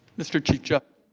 mr. chief justice